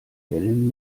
wellen